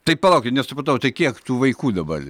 tai palaukit nesupratau tai kiek tų vaikų dabar